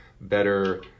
better